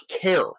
care